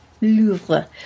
Louvre